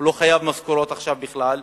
לא חייב משכורות עכשיו בכלל,